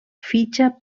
fitxa